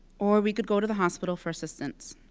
or we could go to the hospital for assistance.